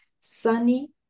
Sunny